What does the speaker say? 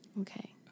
Okay